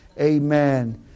Amen